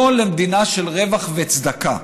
לא למדינה של רווח וצדקה.